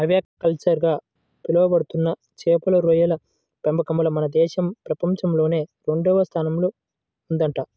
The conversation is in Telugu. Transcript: ఆక్వాకల్చర్ గా పిలవబడుతున్న చేపలు, రొయ్యల పెంపకంలో మన దేశం ప్రపంచంలోనే రెండవ స్థానంలో ఉందంట